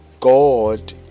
God